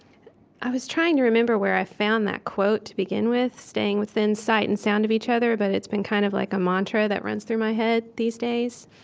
i was trying to remember where i found that quote to begin with, staying within sight and sound of each other, but it's been kind of like a mantra that runs through my head these days.